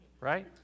Right